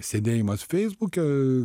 sėdėjimas feisbuke